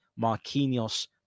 Marquinhos